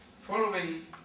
following